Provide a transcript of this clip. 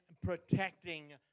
protecting